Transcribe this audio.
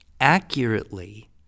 accurately